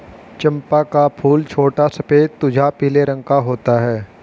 चंपा का फूल छोटा सफेद तुझा पीले रंग का होता है